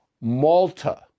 Malta